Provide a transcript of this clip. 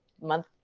month